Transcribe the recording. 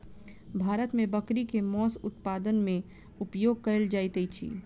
भारत मे बकरी के मौस उत्पादन मे उपयोग कयल जाइत अछि